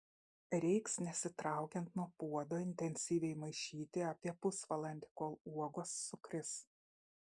reiks nesitraukiant nuo puodo intensyviai maišyti apie pusvalandį kol uogos sukris